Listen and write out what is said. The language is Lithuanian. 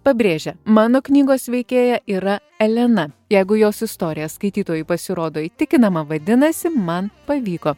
pabrėžia mano knygos veikėja yra elena jeigu jos istorija skaitytojui pasirodo įtikinama vadinasi man pavyko